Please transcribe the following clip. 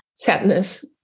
Sadness